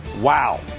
Wow